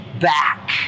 back